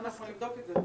אנחנו נבדוק את זה.